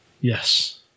Yes